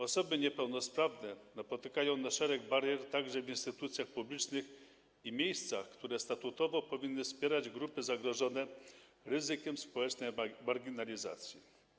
Osoby niepełnosprawne napotykają szereg barier także w instytucjach publicznych i miejscach, które statutowo powinny wspierać grupy zagrożone ryzykiem społecznej marginalizacji.